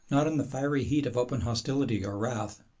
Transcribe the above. not in the fiery heat of open hostility or wrath,